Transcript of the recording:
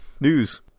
News